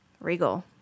Regal